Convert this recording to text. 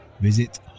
visit